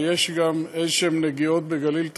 ויש גם איזשהן נגיעות בגליל התחתון.